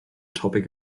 topic